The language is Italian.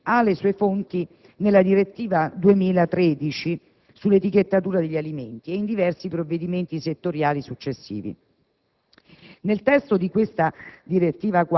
La problematica legislativa dell'origine ha le sue fonti nella direttiva 2000/13/CE sull'etichettatura degli alimenti e in diversi provvedimenti settoriali successivi.